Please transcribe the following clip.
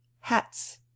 Hats